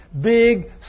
big